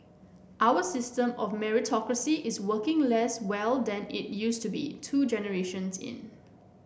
our system of meritocracy is working less well than it used to two generations in